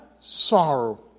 sorrow